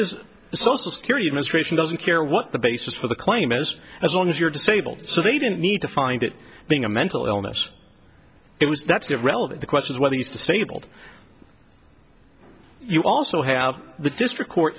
is social security administration doesn't care what the basis for the claim is as long as you're disabled so they didn't need to find it being a mental illness it was that's irrelevant the question is whether he's disabled you also have the district court